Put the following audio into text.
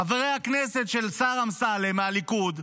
חברי הכנסת של השר אמסלם מהליכוד,